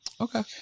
Okay